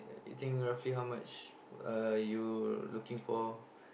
you think roughly how much uh you looking for